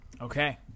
Okay